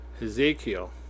Ezekiel